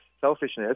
selfishness